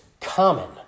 common